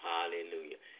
Hallelujah